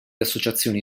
associazioni